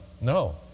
No